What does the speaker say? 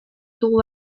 dugu